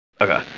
Okay